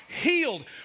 healed